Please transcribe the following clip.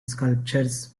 sculptures